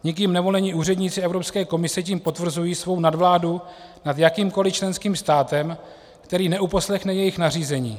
Nikým nevolení úředníci Evropské komise tím potvrzují svou nadvládu nad jakýmkoli členským státem, který neuposlechne jejich nařízení.